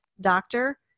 doctor